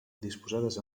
disposades